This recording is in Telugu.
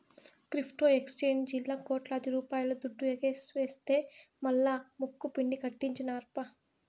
క్రిప్టో ఎక్సేంజీల్లా కోట్లాది రూపాయల దుడ్డు ఎగవేస్తె మల్లా ముక్కుపిండి కట్టించినార్ప